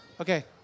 Okay